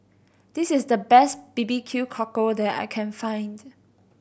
this is the best B B Q Cockle that I can find